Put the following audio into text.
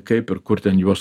kaip ir kur ten juos